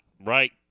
right